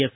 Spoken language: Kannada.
ಎಸ್